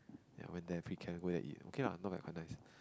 ya went there at pre camp go there and eat not bad okay lah quite nice